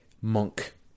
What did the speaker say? monk